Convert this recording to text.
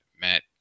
Matt